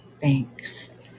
thanks